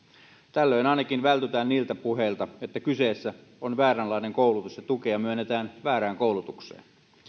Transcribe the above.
tällöin ainakin vältytään niiltä puheilta että kyseessä on vääränlainen koulutus ja tukea myönnetään väärään koulutukseen